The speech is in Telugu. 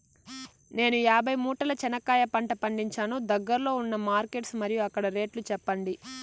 నేను యాభై మూటల చెనక్కాయ పంట పండించాను దగ్గర్లో ఉన్న మార్కెట్స్ మరియు అక్కడ రేట్లు చెప్పండి?